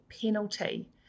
penalty